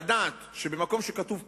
לדעת שבמקום שכתוב "כשר"